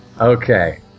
Okay